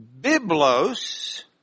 Biblos